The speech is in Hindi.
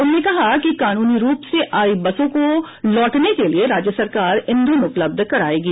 उन्होंने कहा कि कानूनी रूप से आई बसों को लौटने के लिए राज्य सरकार ईंधन उपलब्ध करायेगी